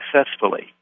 successfully